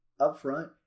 upfront